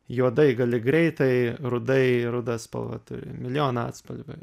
juodai gali greitai rudai ruda spalva turi milijoną atspalvių